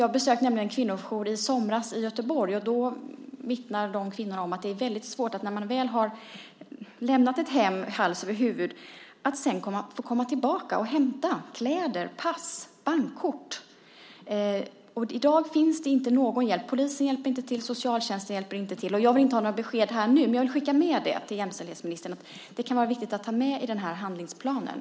Jag besökte en kvinnojour i Göteborg i somras, och kvinnorna där vittnade om att när man väl har lämnat hemmet, hals över huvud, är det ofta mycket svårt att sedan få komma tillbaka och hämta kläder, pass eller bankkort. I dag finns det inte någon hjälp att få. Polisen hjälper inte till, och inte socialtjänsten heller. Jag begär inte besked här och nu, men jag vill skicka med att det kan vara viktigt att ta med detta i handlingsplanen.